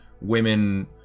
women